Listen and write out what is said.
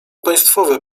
państwowe